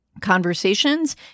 conversations